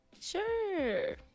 Sure